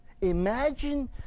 Imagine